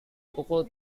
pukul